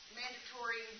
mandatory